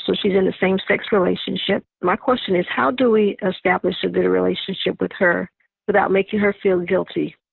so she is in a same-sex relationship. my question is how do we establish a good relationship with her without making her feel guilty?